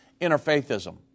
interfaithism